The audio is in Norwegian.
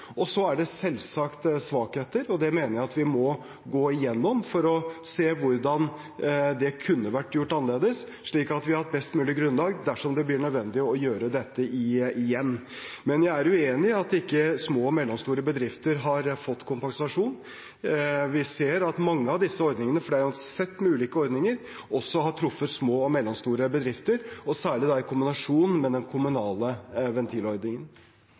Så er det selvsagt svakheter, og jeg mener at vi må gå gjennom dette for å se hvordan det kunne vært gjort annerledes, slik at vi har et best mulig grunnlag dersom det blir nødvendig å gjøre dette igjen. Men jeg er uenig i at små og mellomstore bedrifter ikke har fått kompensasjon. Vi ser at mange av disse ordningene, for det er jo et sett med ulike ordninger, også har truffet små og mellomstore bedrifter, og særlig i kombinasjon med den kommunale ventilordningen.